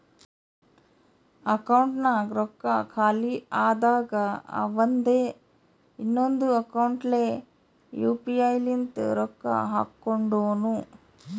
ಅಕೌಂಟ್ನಾಗ್ ರೊಕ್ಕಾ ಖಾಲಿ ಆದಾಗ ಅವಂದೆ ಇನ್ನೊಂದು ಅಕೌಂಟ್ಲೆ ಯು ಪಿ ಐ ಲಿಂತ ರೊಕ್ಕಾ ಹಾಕೊಂಡುನು